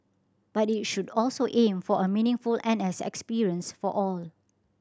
but it should also aim for a meaningful N S experience for all